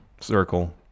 circle